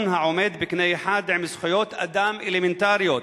העולה בקנה אחד עם זכויות אדם אלמנטריות,